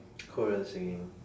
korean singing